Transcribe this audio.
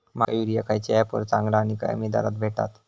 माका युरिया खयच्या ऍपवर चांगला आणि कमी दरात भेटात?